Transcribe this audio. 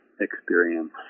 experience